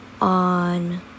on